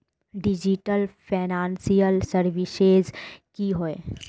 Digital financial services की होय?